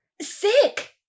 Sick